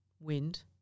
wind